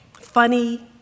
funny